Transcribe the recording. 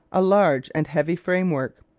a large and heavy framework.